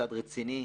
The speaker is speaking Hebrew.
מוסד רציני,